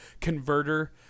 converter